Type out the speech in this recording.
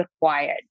required